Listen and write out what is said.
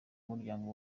umuryango